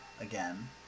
again